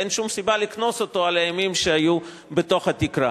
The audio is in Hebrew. אין שום סיבה לקנוס אותו על הימים שהיו בתוך התקרה.